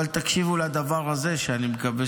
אבל תקשיבו לדבר הזה, אני מקווה